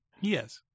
Yes